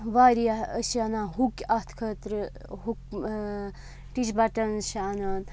واریاہ أسۍ چھِ اَنان ہُک اَتھ خٲطرٕ ہُک ٹِچ بَٹَنٕز چھِ اَنان